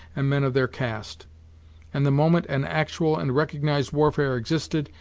and men of their caste and the moment an actual and recognized warfare existed,